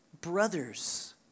brothers